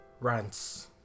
rants